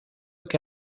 que